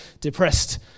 depressed